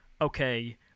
Okay